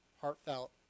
heartfelt